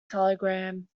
telegram